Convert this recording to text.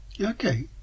Okay